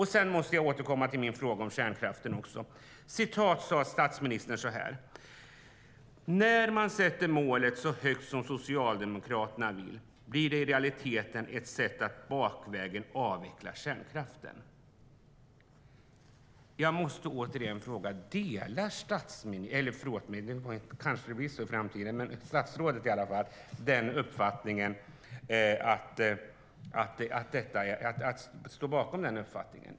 Jag måste också återkomma till min fråga om kärnkraften. Statsministern sade: "När man sätter målen så högt som Socialdemokraterna vill blir det i realiteten ett sätt att bakvägen avveckla kärnkraften." Står statsministern - förlåt, det kanske blir så i framtiden, men jag menar naturligtvis statsrådet - bakom den uppfattningen?